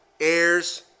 Heirs